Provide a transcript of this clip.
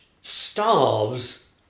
starves